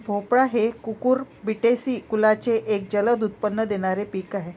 भोपळा हे कुकुरबिटेसी कुलाचे एक जलद उत्पन्न देणारे पीक आहे